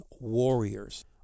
warriors